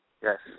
yes